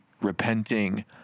repenting—